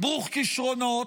ברוך כישרונות,